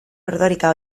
ordorika